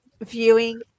Viewing